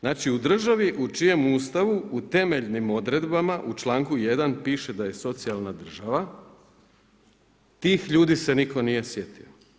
Znači u državi u čijem Ustavu u temeljnim odredbama u članku 1. piše da je socijalna država tih ljudi se niko nije sjetio.